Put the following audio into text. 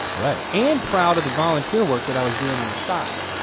right? and proud of the volunteer work that i was doing on the side.